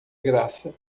graça